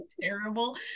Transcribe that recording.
terrible